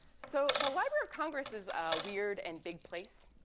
so the library of congress is a weird and big place.